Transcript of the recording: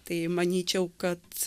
tai manyčiau kad